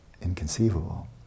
inconceivable